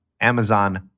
Amazon